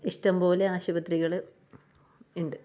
ഇഷ്ടം പോലെ ആശുപത്രികൾ ഉണ്ട്